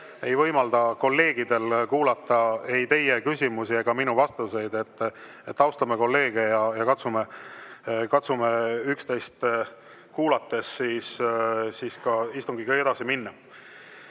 ei võimalda kolleegidel kuulata ei teie küsimusi ega minu vastuseid. Austame kolleege ja katsume üksteist kuulates istungiga edasi minna.